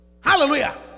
Hallelujah